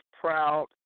proud